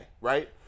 right